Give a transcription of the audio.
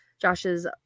Josh's